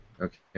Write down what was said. Okay